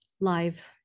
live